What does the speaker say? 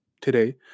today